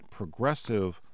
progressive